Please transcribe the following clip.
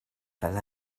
fel